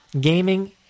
gaming